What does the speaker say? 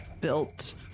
built